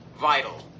vital